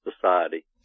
society